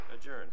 adjourn